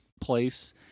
place